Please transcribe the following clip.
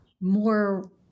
more